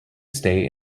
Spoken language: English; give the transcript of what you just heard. stay